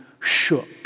shook